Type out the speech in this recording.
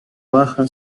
baja